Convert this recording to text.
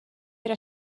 era